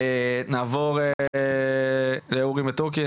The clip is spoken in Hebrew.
נעבור לאורי מתוקי,